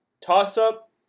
toss-up